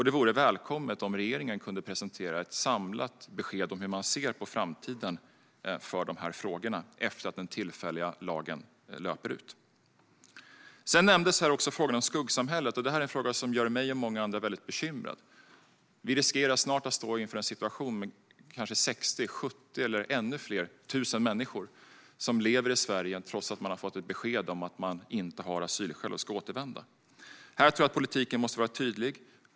Det vore välkommet om regeringen presenterade ett samlat besked om hur den ser på framtiden för dessa frågor efter att den tillfälliga lagen löpt ut. Skuggsamhället nämndes här tidigare. Detta är något som gör mig och många andra väldigt bekymrade. Vi riskerar att snart stå inför en situation med kanske 60 000, 70 000 eller ännu fler människor som lever i Sverige trots att de har fått besked om att de inte har asylskäl utan ska återvända. Här måste politiken vara tydlig.